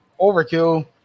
Overkill